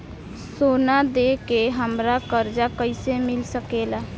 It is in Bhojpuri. सोना दे के हमरा कर्जा कईसे मिल सकेला?